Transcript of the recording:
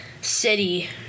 City